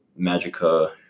Magica